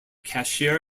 cashier